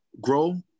grow